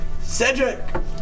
Cedric